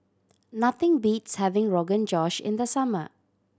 nothing beats having Rogan Josh in the summer